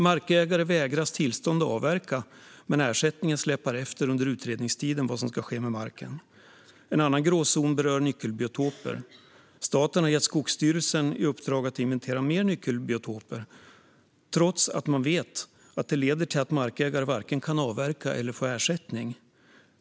Markägare vägras tillstånd att avverka, men ersättningen släpar efter under den tid som utredningen av vad som ska ske med marken pågår. En annan gråzon berör nyckelbiotoper. Staten har gett Skogsstyrelsen i uppdrag att inventera fler nyckelbiotoper, trots att man vet att detta leder till att markägare varken kan avverka eller få ersättning.